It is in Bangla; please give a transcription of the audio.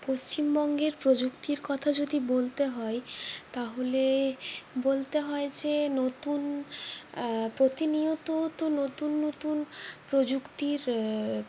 পশ্চিমবঙ্গের প্রযুক্তির কথা যদি বলতে হয় তাহলে বলতে হয় যে নতুন প্রতিনিয়ত তো নতুন নতুন প্রযুক্তির